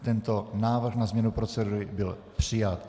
Tento návrh na změnu procedury byl přijat.